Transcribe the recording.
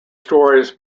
stories